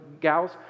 gals